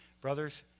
brothers